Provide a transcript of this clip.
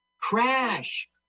Crash